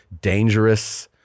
dangerous